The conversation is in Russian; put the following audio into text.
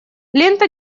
лента